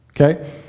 Okay